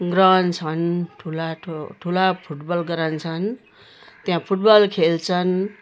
ground छन् ठुला ठुला फुट बल ग्राउन्ड छन् त्यहाँ फुट बल खेल्छन्